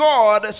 God